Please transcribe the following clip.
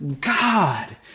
God